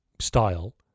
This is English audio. style